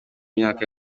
myaka